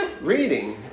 reading